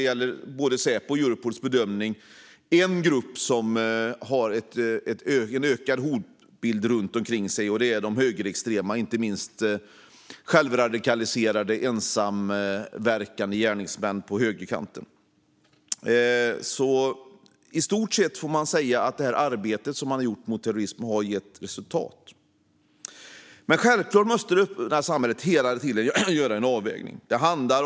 Enligt både Säpos och Europols bedömning finns det egentligen bara en grupp som har en ökad hotbild runt omkring sig, och det är de högerextrema, inte minst självradikaliserade ensamverkande gärningsmän på högerkanten. I stort sett får man alltså säga att det arbete som man gjort mot terrorism har gett resultat. Men självklart måste det öppna samhället hela tiden göra en avvägning i alla delar.